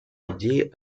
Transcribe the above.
идеи